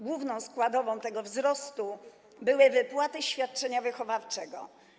Główną składową tego wzrostu były wypłaty świadczenia wychowawczego.